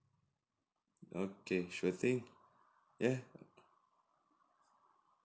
okay sure thing yeah